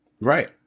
Right